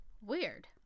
Weird